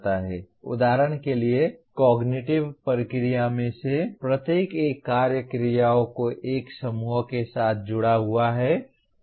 उदाहरण के लिए कॉग्निटिव प्रक्रिया में से प्रत्येक एक कार्य क्रियाओं के एक समूह के साथ जुड़ा हुआ है